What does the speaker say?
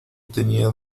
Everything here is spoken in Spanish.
tenía